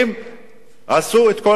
עשו את כל המוטל עליהם,